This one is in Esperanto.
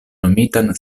nomitan